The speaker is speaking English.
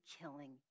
killing